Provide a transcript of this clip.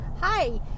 Hi